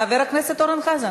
חבר הכנסת אורן חזן,